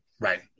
Right